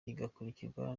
igakurikirwa